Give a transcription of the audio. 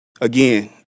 again